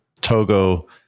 Togo